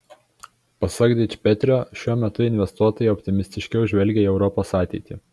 pasak dičpetrio šiuo metu investuotojai optimistiškiau žvelgia į europos ateitį